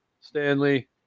Stanley